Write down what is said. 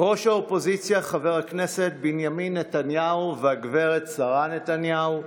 ראש האופוזיציה חבר הכנסת בנימין נתניהו והגב' שרה נתניהו,